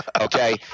Okay